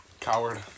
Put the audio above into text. Coward